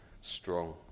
strong